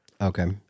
Okay